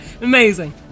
amazing